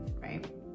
right